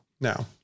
now